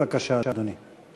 בבקשה, אדוני.